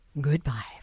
goodbye